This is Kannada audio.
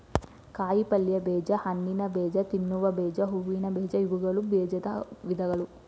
ಕಾಯಿಪಲ್ಯ ಬೇಜ, ಹಣ್ಣಿನಬೇಜ, ತಿನ್ನುವ ಬೇಜ, ಹೂವಿನ ಬೇಜ ಇವುಗಳು ಬೇಜದ ವಿಧಗಳು